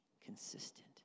consistent